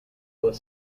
was